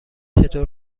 چطور